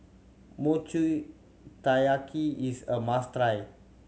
Mochi Taiyaki is a must try